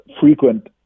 frequent